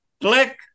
Click